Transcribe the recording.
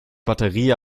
batterie